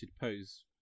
pose